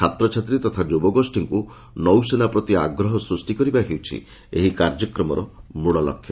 ଛାତ୍ରଛାତ୍ରୀ ତଥା ଯୁବଗୋଷୀଙ୍କୁ ନୌସେନା ପ୍ରତି ଆଗ୍ରହ ସୂଷ୍ଟି କରିବା ହେଉଛି ଏହି କାର୍ଯ୍ୟକ୍ରମର ମୂଳଲକ୍ଷ୍ୟ